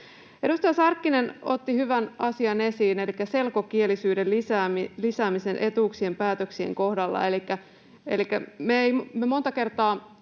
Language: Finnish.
Edustaja Sarkkinen otti hyvän asian esiin elikkä selkokielisyyden lisäämisen etuuksien päätöksien kohdalla.